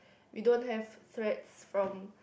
we don't have threat from